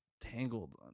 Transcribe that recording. tangled